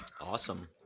Awesome